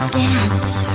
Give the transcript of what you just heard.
dance